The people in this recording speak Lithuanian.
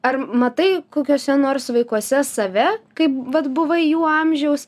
ar matai kokiuose nors vaikuose save kaip vat buvai jų amžiaus